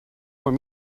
more